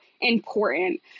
important